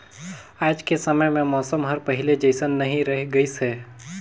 आयज के समे अउ मउसम हर पहिले जइसन नइ रही गइस हे